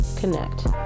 Connect